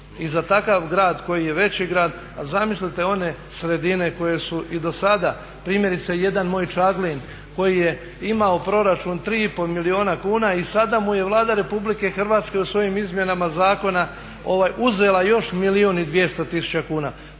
i za takav grad koji je veći grad, a zamislite one sredine koje su i do sada primjerice jedan moj Čaglin koji je imao proračun 3 i pol milijuna kuna i sada mu je Vlada RH u svojim izmjenama zakona uzela još milijun i 200 tisuća kuna.